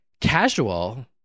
Casual